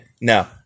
no